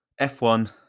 F1